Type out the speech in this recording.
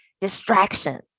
distractions